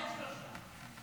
עוד שלושה.